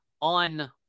on